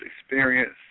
experience